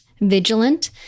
vigilant